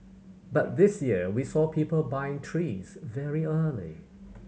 but this year we saw people buying trees very early